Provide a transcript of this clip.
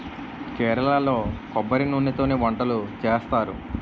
కేరళలో కొబ్బరి నూనెతోనే వంటలు చేస్తారు